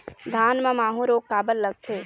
धान म माहू रोग काबर लगथे?